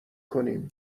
کنیم